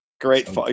Great